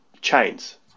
chains